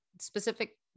specific